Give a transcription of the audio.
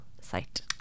site